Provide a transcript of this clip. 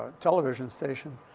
television station,